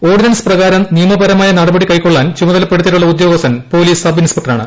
ordinance പ്രകാരം നിയമപരമായ നടപടി കൈക്കൊള്ളാൻ ചുമതലപ്പെടുത്തിയിട്ടുള്ള ഉദ്യോഗസ്ഥൻ പോലീസ്സബ് ഇൻസ്പെക്ടറാണ്